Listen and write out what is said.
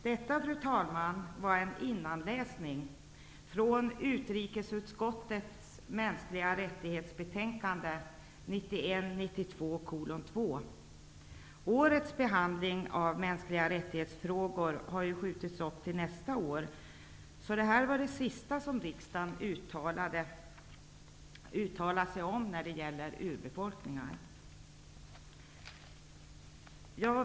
Detta, fru talman, var en innanläsning från utrikesutskottets betänkande om mänskliga rättigheter, 1991/92:UU2. Årets behandling av frågor som rör de mänskliga rättigheterna har ju skjutits upp till nästa år. Detta var alltså det senaste som riksdagen uttalat när det gäller urbefolkningar.